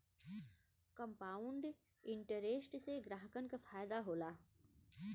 compound interest से ग्राहकन के फायदा होला